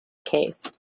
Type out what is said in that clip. case